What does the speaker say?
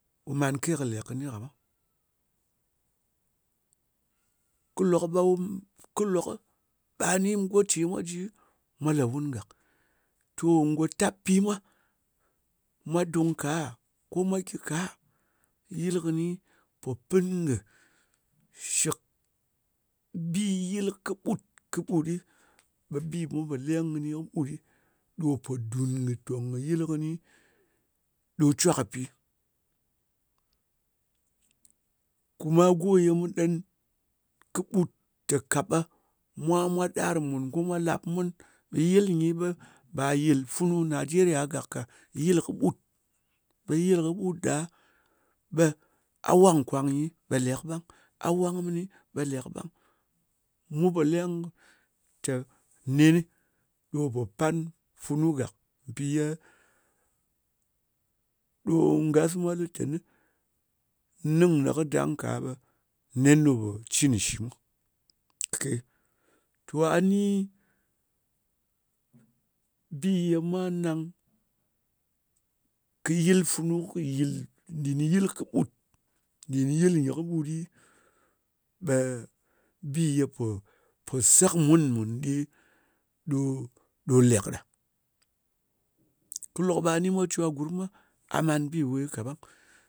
Wu man ke kɨ lèk kɨn i kaɓang. Kɨ lok ɓe, kɨ lok ɓa ni go ce mwa ji, mwa lè wun gàk. To, ngò tap pi mwa, mwa dung ka? Ko mwa gyi ka? Yɨl kɨni po pɨn kɨ shɨk, bi yɨl kɨɓut ɗɨ, ɓe bì mu pò leng kɨni kɨɓut ɗɨ ɗo pò dùn kɨ tòng kɨ yɨl kɨni ɗo cwa kɨ pi. Kuma go ye mu ɗen kɨɓut te, ka ɓe mwa mwa ɗar mùn, ko mwa lap mun. Yɨl nyi, ɓe ba yɨl funu najeriya gàk ka. Yɨl kɨɓut. Ɓe yɨl kɨɓut ɗa, ɓe a wang nkwang nyi ɓe lek ɓang. A wang mɨni, ɓe lek ɓang. Mu pò leng te nenɨ, ɗo po pan funu gàk. Mpì yè ɗò ngas mwa lɨ teni nɨng ne kɨ dang ka, ɓe nen ɗo po cin kɨ nshi mwa kake. To a ni, bi ye mwa nang kɨ yɨl funu, kɨ yɨl nɗin yɨl kɨɓut, nɗin yɨl nyɨ kɨɓut ɗɨ, ɓe bi ye pò se kɨ mun-mùn nɗe ɗo, ɗo lèk ɗa. Kɨ lok ɓa ni mwa cwa gurm mwa, a man bi we kaɓang.